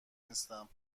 نیستم